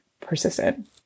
persistent